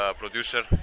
producer